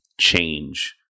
change